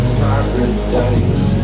paradise